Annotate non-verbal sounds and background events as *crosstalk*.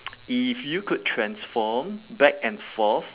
*noise* if you could transform back and forth